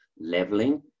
leveling